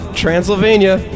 transylvania